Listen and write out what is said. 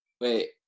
Wait